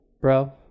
Bro